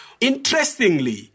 Interestingly